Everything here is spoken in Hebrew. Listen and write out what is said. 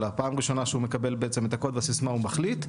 אלא בפעם הראשונה שהוא מקבל את הקוד והסיסמה הוא מחליט,